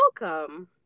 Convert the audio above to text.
welcome